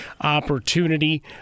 opportunity